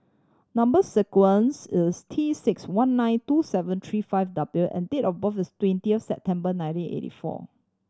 number sequence is T six one nine two seven three five W and date of birth is twentieth September nineteen eighty four